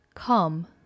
Come